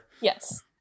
Yes